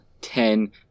ten